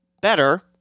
better